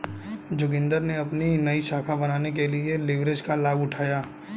जोगिंदर ने अपनी नई शाखा बनाने के लिए लिवरेज का लाभ उठाया